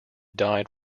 died